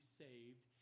saved